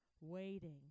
waiting